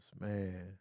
man